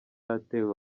atewe